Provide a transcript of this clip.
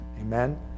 Amen